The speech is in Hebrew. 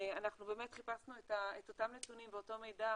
אנחנו באמת חיפשנו את אותם נתונים ואת אותו מידע